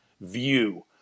view